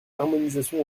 harmonisation